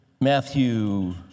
Matthew